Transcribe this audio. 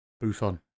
Buffon